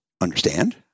understand